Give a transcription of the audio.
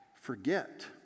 forget